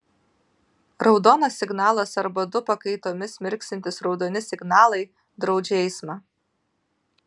raudonas signalas arba du pakaitomis mirksintys raudoni signalai draudžia eismą